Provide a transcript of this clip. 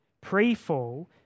Pre-fall